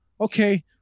Okay